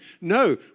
No